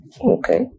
Okay